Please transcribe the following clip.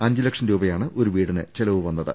അഞ്ച് ലക്ഷം രൂപയാണ് ഒരുവീടിന് ചെലവ് വന്ന ത്